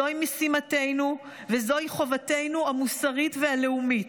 זוהי משימתנו וזוהי חובתנו המוסרית והלאומית.